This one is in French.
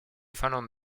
finlande